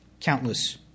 countless